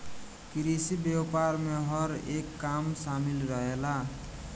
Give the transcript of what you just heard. कृषि व्यापार में हर एक काम शामिल रहेला